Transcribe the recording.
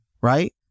right